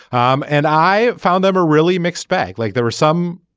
um and i found them a really mixed bag like there were some.